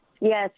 Yes